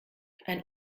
ein